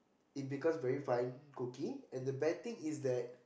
it becomes very fine cookie and the bad thing is that